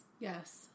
Yes